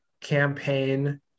campaign